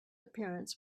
appearance